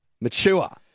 Mature